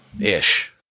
Ish